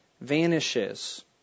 vanishes